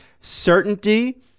certainty